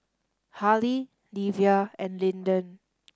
Hali Livia and Lyndon